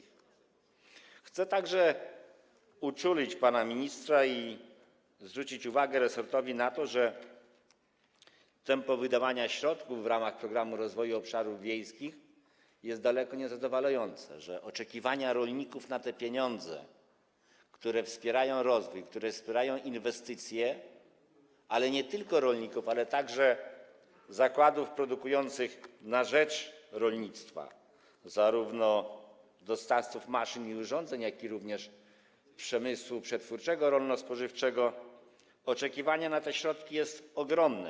Chcę także uczulić pana ministra i zwrócić uwagę resortowi na to, że tempo wydawania środków w ramach Programu Rozwoju Obszarów Wiejskich jest daleko niezadowalające, że oczekiwanie rolników na te pieniądze, które wspierają rozwój, które wspierają inwestycje, ale nie tylko rolników, lecz także zakładów produkujących na rzecz rolnictwa, zarówno dostawców maszyn i urządzeń, jak i przemysłu przetwórczego rolno-spożywczego, oczekiwanie na te środki jest ogromne.